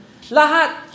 Lahat